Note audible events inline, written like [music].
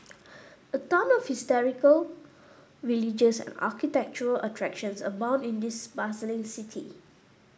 [noise] a ton of historical religious and architectural attractions abound in this bustling city